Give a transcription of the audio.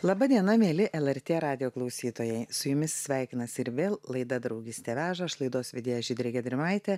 laba diena mieli el er tė radijo klausytojai su jumis sveikinasi ir vėl laida draugystė veža aš laidos vedėja žydrė giedrimaitė